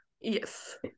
Yes